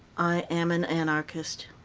i am an anarchist!